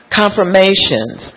confirmations